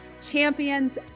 champions